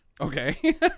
Okay